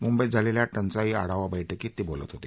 मुंबईत झालेल्या टंचाई आढावा बैठकीत ते बोलत होते